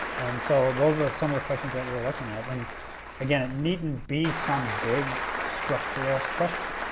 and so those are some of the questions that we're looking at. and again, needn't be some big structural question.